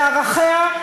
לערכיה,